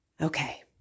Okay